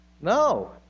No